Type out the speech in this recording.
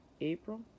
April